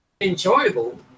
Enjoyable